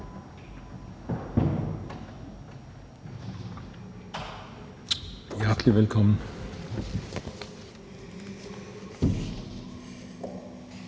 Hjertelig velkommen.